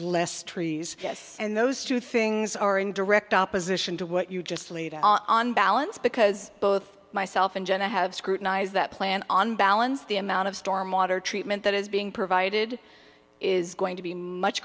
less trees and those two things are in direct opposition to what you just lead on balance because both myself and jenna have scrutinized that plan on balance the amount of storm water treatment that is being provided is going to be much